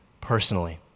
personally